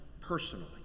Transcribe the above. personally